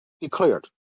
declared